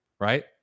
right